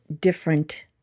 different